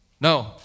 No